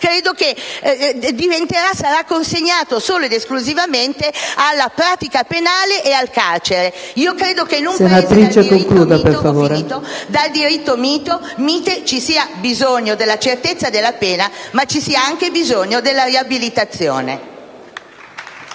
credo che sarà consegnato solo ed esclusivamente alla pratica penale e al carcere. Credo che - secondo il «diritto mite» - ci sia bisogno della certezza della pena, ma anche della riabilitazione.